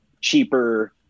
cheaper